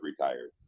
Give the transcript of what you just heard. retired